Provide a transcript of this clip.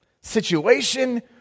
situation